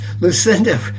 Lucinda